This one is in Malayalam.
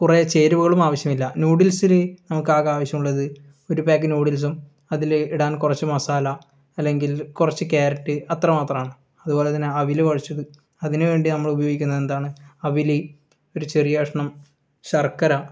കുറേ ചേരുവകളും ആവശ്യമില്ല ന്യൂഡിൽസിന് നമുക്ക് ആകെ ആവശ്യമുള്ളത് ഒരു പേക്കറ്റ് ന്യൂഡിൽസും അതിൽ ഇടാൻ കുറച്ച് മസാല അല്ലെങ്കിൽ കുറച്ച് ക്യാരറ്റ് അത്ര മാത്രമാണ് അതുപോലെ തന്നെ അവിൽ കുഴച്ചത് അതിന് വേണ്ടി നമ്മൾ ഉപയോഗിക്കുന്നത് എന്താണ് അവിൽ ഒരു ചെറിയ കഷ്ണം ശർക്കര